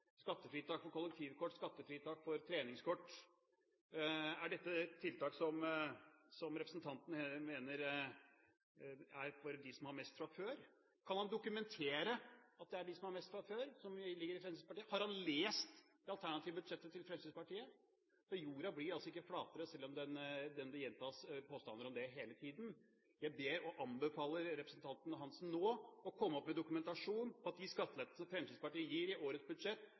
skattefritak for kollektivkort, skattefritak for treningskort: Er dette ting som representanten mener er for dem som har mest fra før? Kan han dokumentere at det er dem som har mest fra før, som vil få lettelser med Fremskrittspartiet? Har han lest det alternative budsjettet til Fremskrittspartiet? Jorda blir ikke flatere selv om det gjentas påstander om det hele tiden. Jeg ber og anbefaler representanten Hansen nå å komme opp med dokumentasjon på at de skattelettelsene som Fremskrittspartiet gir i årets budsjett,